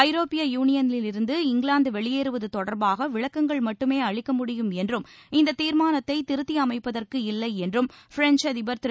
ஐரோப்பிய யூனியனிலிருந்து இங்கிலாந்து வெளியேறுவது தொடர்பாக விளக்கங்கள் மட்டுமே அளிக்க முடியும் என்றும் இந்தத் தீர்மானத்தை திருத்தி அமைப்பதற்கு இல்லை என்றும் ப்ரென்ச் அதிபர் திரு